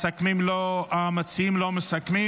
המציעים לא מסכמים.